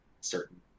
certain